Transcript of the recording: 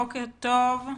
בוקר טוב.